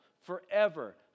forever